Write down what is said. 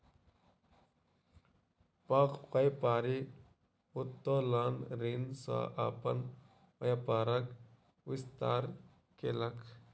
पैघ व्यापारी उत्तोलन ऋण सॅ अपन व्यापारक विस्तार केलक